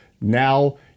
now